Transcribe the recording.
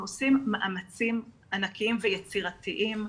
אנחנו עושים מאמצים ענקיים ויצירתיים.